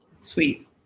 sweet